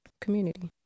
community